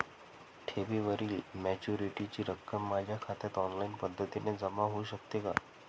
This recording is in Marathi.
ठेवीवरील मॅच्युरिटीची रक्कम माझ्या खात्यात ऑनलाईन पद्धतीने जमा होऊ शकते का?